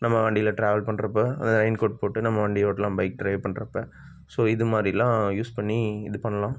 நம்ம வண்டியில் ட்ராவல் பண்ணுறப்ப அந்த ரெயின் கோட் போட்டு நம்ம வண்டியை ஓட்டலாம் பைக் ட்ரைவ் பண்ணுறப்ப ஸோ இது மாதிரில்லாம் யூஸ் பண்ணி இது பண்ணலாம்